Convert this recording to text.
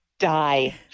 Die